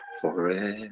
Forever